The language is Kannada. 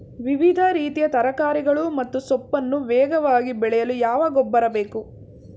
ವಿವಿಧ ರೀತಿಯ ತರಕಾರಿಗಳು ಮತ್ತು ಸೊಪ್ಪನ್ನು ವೇಗವಾಗಿ ಬೆಳೆಯಲು ಯಾವ ಗೊಬ್ಬರ ಬೇಕು?